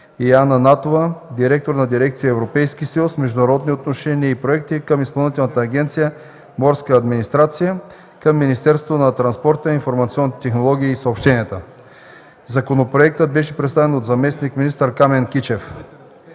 и Анна Натова – директор на дирекция „Европейски съюз, международни отношения и проекти” към Изпълнителна агенция „Морска администрация” към Министерството на транспорта, информационните технологии и съобщенията. Законопроектът беше представен от заместник-министър Камен Кичев.